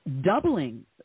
doubling